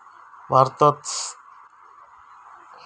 भारतात yes bank ही खाजगी क्षेत्रातली बँक आसा